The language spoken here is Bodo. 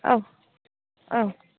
औ औ